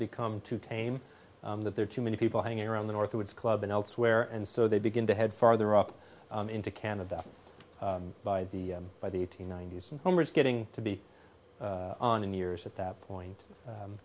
become too tame that there are too many people hanging around the north woods club and elsewhere and so they begin to head farther up into canada by the by the eighteen nineties and homer is getting to be on in years at that point